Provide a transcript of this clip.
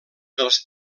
dels